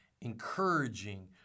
encouraging